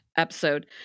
episode